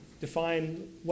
define